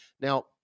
Now